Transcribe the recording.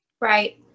Right